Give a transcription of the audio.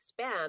spam